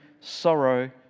sorrow